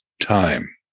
time